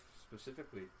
specifically